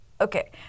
okay